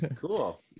cool